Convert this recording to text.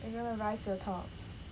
we going to rise to the top